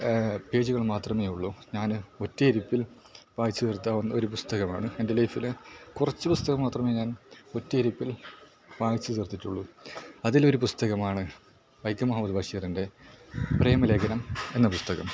പേജുകൾ മാത്രമേ ഉള്ളു ഞാൻ ഒറ്റയിരുപ്പിൽ വായിച്ച് തീർത്ത ഒരു പുസ്തകമാണ് എൻ്റെ ലൈഫിലെ കുറച്ച് പുസ്തകം മാത്രമേ ഞാൻ ഒറ്റയിരുപ്പിൽ വായിച്ച് തീർത്തിട്ടുള്ളു അതിലൊരു പുസ്തകമാണ് വൈക്കം മുഹമ്മദ് ബഷീറിൻ്റെ പ്രേമലേഖനം എന്ന പുസ്തകം